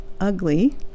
ugly